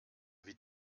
wie